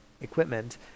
equipment